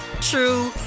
true